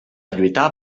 lluitar